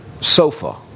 sofa